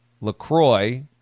LaCroix